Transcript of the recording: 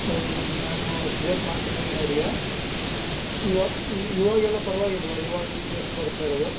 ಹೌದು ಮ್ಯಾಮ್ ನಾನೂ ಸಜೆಸ್ಟ್ ಮಾಡ್ತೀನಿ ಮೇಲಿನವ್ರ್ಗೆ ಇವಾಗೆಲ್ಲ ಪರವಾಗಿಲ್ವ ಇವಾಗ ಈಗ ಜಸ್ಟ್ ಬರ್ತಾ ಇರೋದು